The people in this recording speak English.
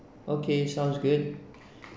okay sounds good